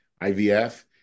IVF